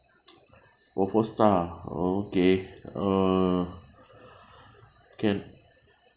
oh four star ah oh okay uh can